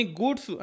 goods